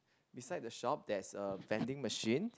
beside the shop there's a vending machine